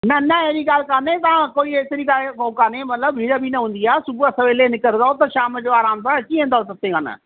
न न अहिड़ी ॻाल्हि कोन्हे तव्हां कोई ऐतिरी ॻाल्हि कोन्हे मतिलब भीड़ बि न हूंदी आहे सुबह सवेल ई निकरंदव त शाम जो आराम सां अची वेंदव सते खनि